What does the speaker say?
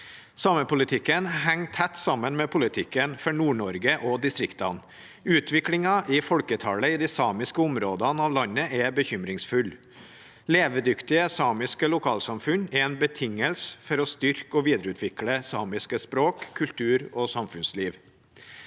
Samepolitikken henger tett sammen med politikken for Nord-Norge og distriktene. Utviklingen i folketallet i de samiske områdene av landet er bekymringsfull. Levedyktige samiske lokalsamfunn er en betingelse for å styrke og videreutvikle samiske språk, kultur og samfunnsliv.